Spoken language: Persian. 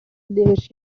لهش